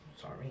sorry